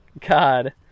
God